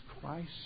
Christ